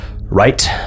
Right